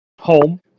home